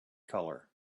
color